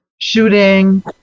shooting